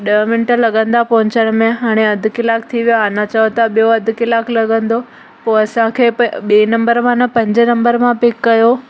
ॾह मिंट लॻंदा पहुचण में हाणे अधु कलाकु थी वियो आहे अञा चओ था ॿियो अधु कलाकु लॻंदो पोइ असांखे प ॿिएं नंबर मां न पंजें नंबर मां पिक कयो